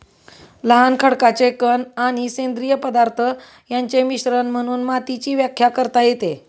लहान खडकाचे कण आणि सेंद्रिय पदार्थ यांचे मिश्रण म्हणून मातीची व्याख्या करता येते